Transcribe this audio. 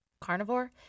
carnivore